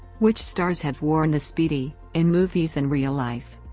which stars have worn the speedy in movies and real life?